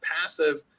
passive